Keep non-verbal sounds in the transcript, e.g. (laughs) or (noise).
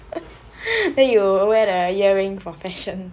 (laughs) then you will wear the earring for fashion